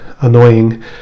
annoying